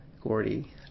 Gordy